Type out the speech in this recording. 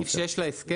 סעיף 6 להסכם,